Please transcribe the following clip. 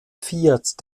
fiat